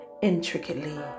intricately